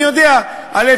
אני יודע, א.